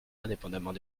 indépendamment